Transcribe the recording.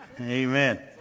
Amen